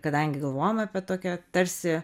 kadangi galvojome apie tokią tarsi